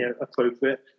appropriate